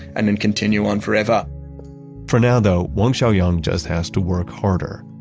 and then continue on forever for now, though wang xiaoyang just has to work harder,